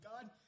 God